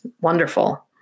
Wonderful